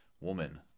woman